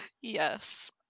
Yes